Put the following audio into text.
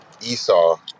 Esau